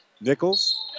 Nichols